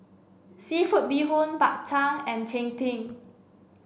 Seafood Bee Hoon Bak Chang and Cheng Tng